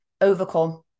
overcome